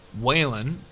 Waylon